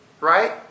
Right